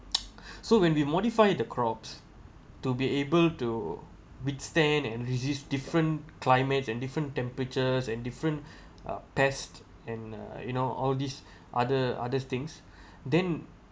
so when we modify the crops to be able to withstand and resist different climates and different temperatures and different uh test and uh you know all these other other things then